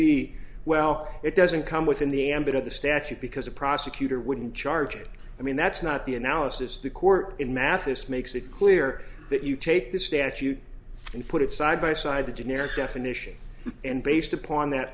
be well it doesn't come within the ambit of the statute because a prosecutor wouldn't charge it i mean that's not the analysis of the court in mathis makes it clear that you take this statute and put it side by side the generic definition and based upon that